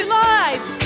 lives